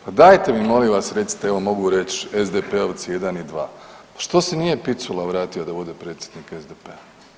Pa dajte mi, molim vas, recite, evo mogu reći, SDP-ovci 1 i 2. Što se nije Picula vratio da bude predsjednik SDP-a?